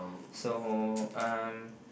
so um